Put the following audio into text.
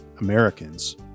Americans